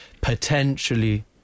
potentially